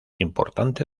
importante